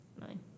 nine